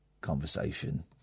conversation